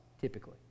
typically